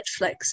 Netflix